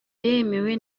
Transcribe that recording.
yemewe